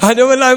אני אומר להם,